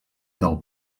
del